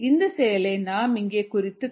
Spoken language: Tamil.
இந்த செயலை நாம் இங்கே குறித்து காட்டலாம்